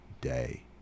day